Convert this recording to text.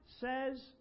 says